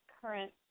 current